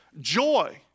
joy